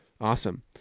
Awesome